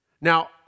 Now